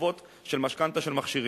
חובות של משכנתה של מכשירים.